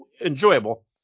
enjoyable